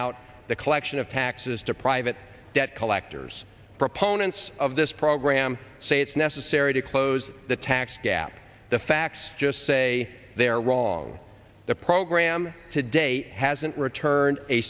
out the collection of taxes to private debt collectors proponents of this program say it's necessary to close the tax gap the facts just say they're wrong the program today hasn't return